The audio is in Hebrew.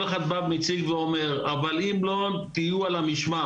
וכל אחד בא מציג ואומר, אבל אם לא תהיו על המשמר,